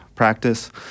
Practice